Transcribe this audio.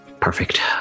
perfect